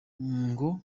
ngo